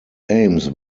aims